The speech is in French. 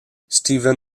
steven